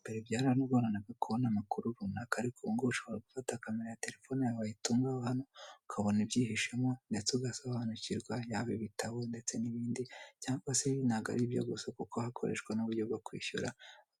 Mbere byaragoranaga kubona amakuru runaka ariko ubungubu ushobora gufata camera ya telefone yawe ugatungaho hano ukabona ibyihishemo ndetse ugasobanukirwa iyaba ibitabo ndetse n'ibindi cyangwa se ntabwo ari byo gusa kuko ugakoresha uburyo bwo kwishyura